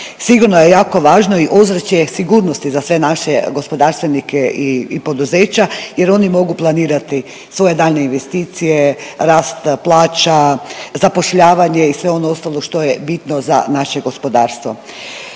Sigurno je jako važno i ozračje sigurnosti za sve naše gospodarstvenike i poduzeća, jer oni mogu planirati svoje daljnje investicije rasta plaća, zapošljavanje i sve ono ostalo što je bitno za naše gospodarstvo.